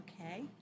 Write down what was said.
Okay